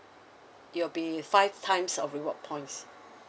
it'll be five times of reward points